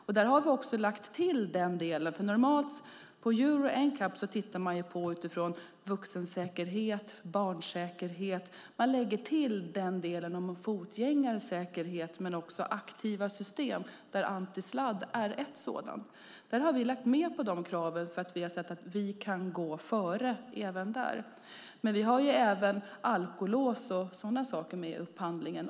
På Euro NCAP tittar man normalt på vuxensäkerhet och barnsäkerhet, men man lägger till delen om en fotgängares säkerhet samt aktiva system. Antisladd är ett sådant. Vi har lagt med de kraven för att vi har sett att vi kan gå före även där. Men vi har även alkolås och sådana saker med i upphandlingen.